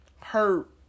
hurt